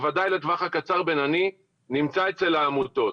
בוודאי לטווח הבינוני-קצר נמצא אצל העמותות,